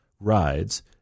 rides